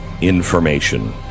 information